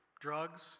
drugs